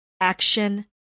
action